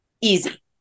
easy